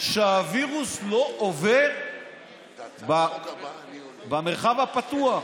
שהווירוס לא עובר במרחב הפתוח.